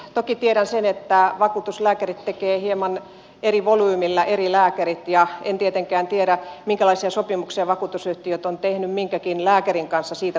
toki tiedän sen että vakuutuslääkärit tekevät hieman eri volyymilla eri lääkärit ja en tietenkään tiedä minkälaisia sopimuksia vakuutusyhtiöt ovat tehneet minkäkin lääkärin kanssa siitä kuinka monta